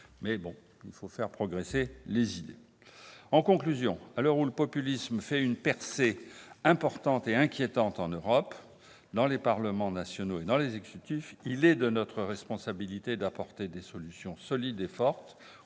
pas moins qu'il faut faire progresser les idées. En conclusion, à l'heure où le populisme fait une percée aussi importante qu'inquiétante partout en Europe, tant au sein des parlements nationaux qu'au sein des exécutifs, il est de notre responsabilité d'apporter des solutions solides et fortes